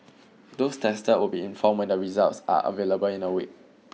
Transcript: those tested will be informed when the results are available in a week